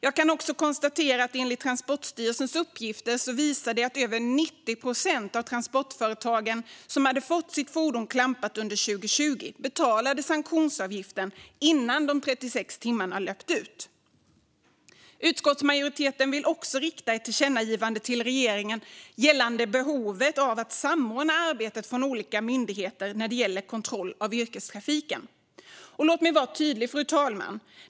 Jag kan också konstatera att Transportstyrelsens uppgifter visar att över 90 procent av transportföretagen som hade fått sitt fordon klampat under 2020 betalade sanktionsavgiften innan de 36 timmarna hade löpt ut. Utskottsmajoriteten vill också rikta ett tillkännagivande till regeringen gällande behovet av att samordna arbetet från olika myndigheter när det gäller kontroll av yrkestrafiken. Låt mig vara tydlig, fru talman.